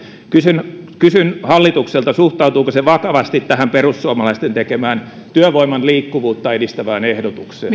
kysyn kysyn hallitukselta suhtautuuko se vakavasti tähän perussuomalaisten tekemään työvoiman liikkuvuutta edistävään ehdotukseen